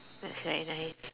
that's very nice